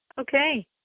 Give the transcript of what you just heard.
Okay